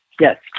Yes